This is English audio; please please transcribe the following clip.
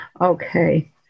okay